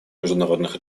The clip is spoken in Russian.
международных